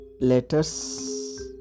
letters